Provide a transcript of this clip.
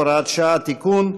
הוראת שעה) (תיקון),